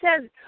says